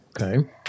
Okay